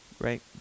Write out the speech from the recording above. Right